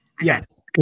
yes